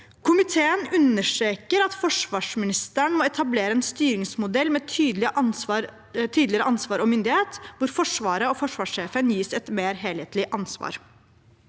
Komiteen understreker at forsvarsministeren må etablere en styringsmodell med tydeligere ansvar og myndighet, hvor Forsvaret og forsvarssjefen gis et mer helhetlig ansvar.